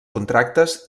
contractes